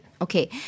Okay